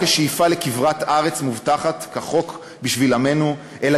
השאיפה לכברת ארץ מובטחת כחוק בשביל עמנו האומלל,